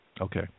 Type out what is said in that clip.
Okay